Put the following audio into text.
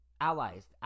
Allies